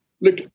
Look